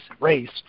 race